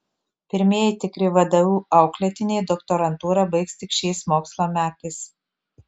pirmieji tikri vdu auklėtiniai doktorantūrą baigs tik šiais mokslo metais